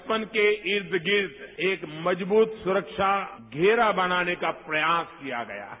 बचपन के ईद गिर्द एक मजबूत सुरक्षा घेरा बनाने का प्रयास किया गया है